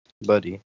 Buddy